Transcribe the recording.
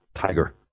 tiger